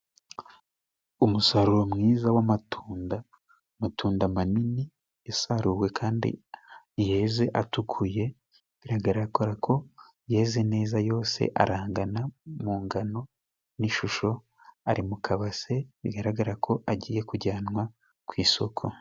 Umusaruro mwiza w'amatunda, amatunda manini yasaruwe, kandi yeze atukuye, bigaragara ko yeze neza, yose arangana mu ngano, n'ishusho, ari mu kabase, bigaragara ko agiye kujyanwa ku isoko.